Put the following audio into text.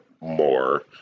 more